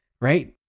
right